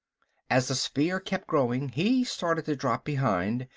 as the sphere kept growing he started to drop behind,